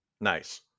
Nice